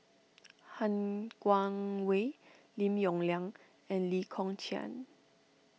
Han Guangwei Lim Yong Liang and Lee Kong Chian